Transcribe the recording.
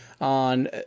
on